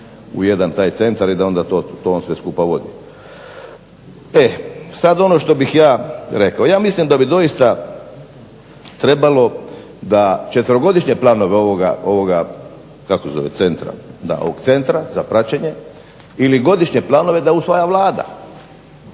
jedan taj centar i da onda to on sve skupa vodi. E sad ono što bih ja rekao, ja mislim da bi doista trebao da četverogodišnje planove ovog centra za praćenje ili godišnje planove da usvaja Vlada.